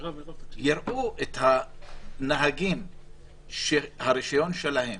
יראו את הנהגים שהרישיון שלהם